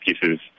pieces